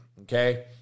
okay